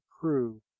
crew